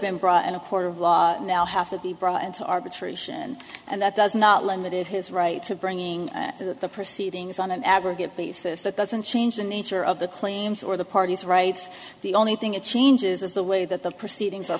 been brought in a court of law now have to be brought into arbitration and that does not limited his right to bringing the proceedings on an aggregate basis that doesn't change the nature of the claims or the party's rights the only thing it changes is the way that the proceedings